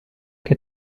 che